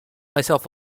myself